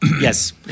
Yes